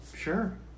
sure